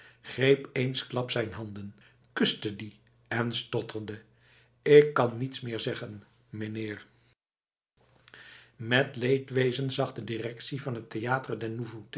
greep eensklaps zijn handen kuste die en stotterde ik kan niets meer zeggen meneer met leedwezen zag de directie van het